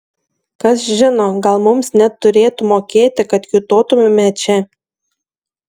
kas žino gal mums net turėtų mokėti kad kiūtotumėme čia